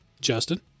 Justin